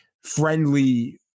friendly